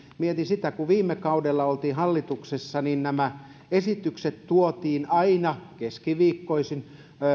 mietin sitä että kun viime kaudella olimme hallituksessa niin nämä esitykset tuotiin aina keskiviikkoisin